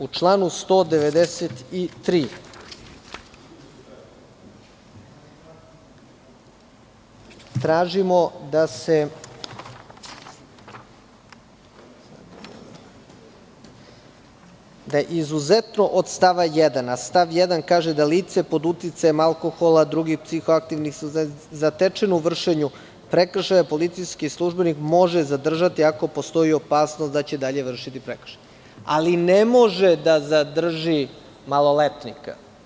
U članu 193. tražimo da izuzetno od stava 1, a stav 1. kaže da lice pod uticajem alkohola i drugih psihoaktivnih supstanci, zatečeno u vršenju prekršaja, policijski službenik može zadržati ako postoji opasnost da će i dalje vršiti prekršaje, ali ne može da zadrži maloletnika.